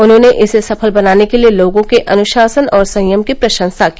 उन्होंने इसे सफल बनाने के लिए लोगों के अनुशासन और संयम की प्रशंसा की